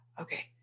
Okay